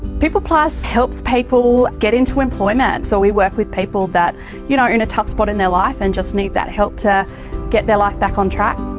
peopleplus help people get into employment, so we work with people that you know are in a tough spot in their life and just need that help to get their life back on track.